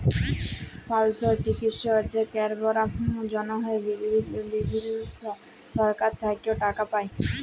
মালসর চিকিশসা ক্যরবার জনহে বিভিল্ল্য সরকার থেক্যে টাকা পায়